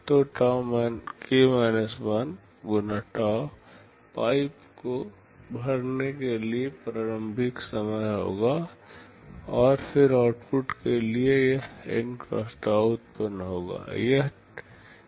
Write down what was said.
तो x tau pipe को भरने के लिए प्रारंभिक समय होगा और फिर आउटपुट के लिए यह N x tau उत्पन्न होगा